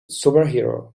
superhero